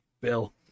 Bill